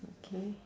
okay